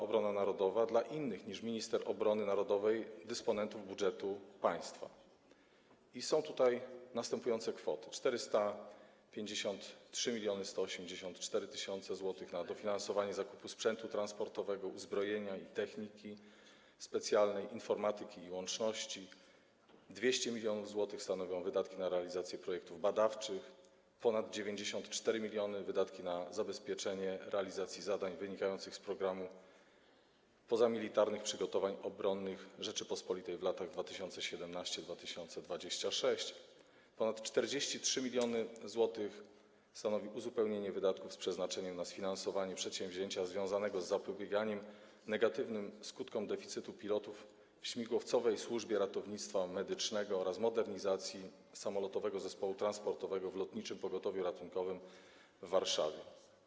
Obrona narodowa dla innych niż minister obrony narodowej dysponentów budżetu państwa następujące kwoty: 453 184 tys. zł - dofinansowanie zakupu sprzętu transportowego, uzbrojenia i techniki specjalnej, informatyki i łączności; 200 mln zł - wydatki na realizację projektów badawczych; ponad 94 mln zł - wydatki na zabezpieczenie realizacji zadań wynikających z „Programu pozamilitarnych przygotowań obronnych RP w latach 2017-2026”; ponad 43 mln zł - uzupełnienie wydatków z przeznaczeniem na sfinansowanie przedsięwzięcia związanego z zapobieganiem negatywnym skutkom deficytu pilotów w Śmigłowcowej Służbie Ratownictwa Medycznego oraz modernizacji samolotowego zespołu transportowego w Lotniczym Pogotowiu Ratunkowym w Warszawie.